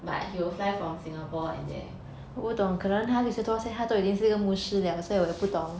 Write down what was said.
but he will fly from Singapore and there